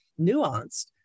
nuanced